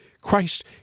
Christ